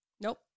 nope